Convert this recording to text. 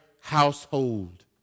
household